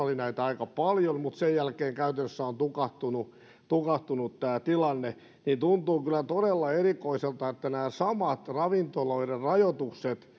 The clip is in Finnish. oli näitä aika paljon mutta sen jälkeen käytännössä on tukahtunut tukahtunut tämä tilanne tuntuu kyllä todella erikoiselta että nämä samat ravintoloiden rajoitukset